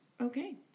Okay